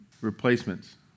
replacements